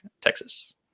Texas